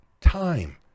time